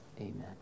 amen